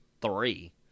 three